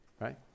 right